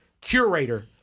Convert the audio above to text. curator